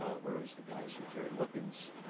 ah whereas the guys who carried weapons,